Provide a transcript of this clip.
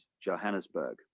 Johannesburg